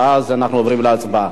ואז אנחנו עוברים להצבעה.